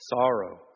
sorrow